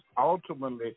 ultimately